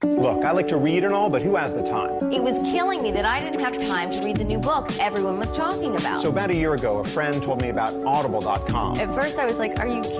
look, like i like to read and all but who has the time? it was killing me that i didn't have time to read the new book everyone was talking about. so, about a year ago a friend told me about audible com. at first i was like, are you